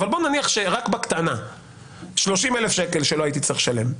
אבל נניח שרק בקטנה 30,000 שקל שלא הייתי צריך לשלם,